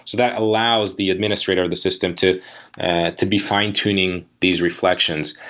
that allows the administrator of the system to to be fine tuning these reflections.